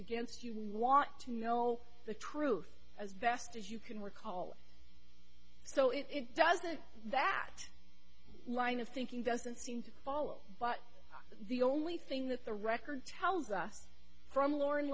against you want to know the truth as best as you can recall so it doesn't that line of thinking doesn't seem to follow but the only thing that the record tells us from lauren